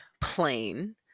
plain